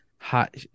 hot